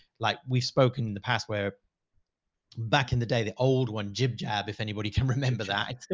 like we've spoken in the past where back in the day, the old one jib jab, if anybody can remember that,